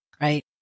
right